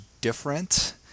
different